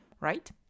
right